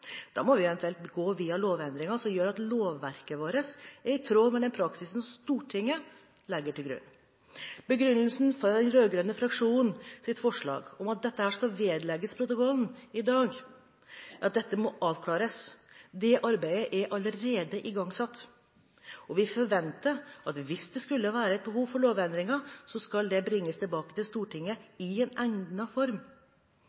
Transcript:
Da må vi eventuelt gå via en lovendring som gjør lovverket i tråd med den praksis Stortinget legger til grunn. Begrunnelsen for den rød-grønne fraksjonens forslag om at dette skal vedlegges protokollen i dag, er at dette må avklares. Det arbeidet er allerede igangsatt, og vi forventer at hvis det skulle være behov for lovendringer, skal det bringes tilbake til